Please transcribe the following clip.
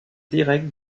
directe